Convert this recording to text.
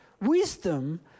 Wisdom